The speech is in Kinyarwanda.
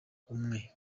umwe